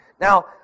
Now